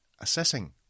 assessing